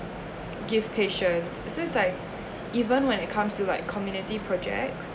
give patients so it's like even when it comes to like community projects